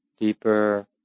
deeper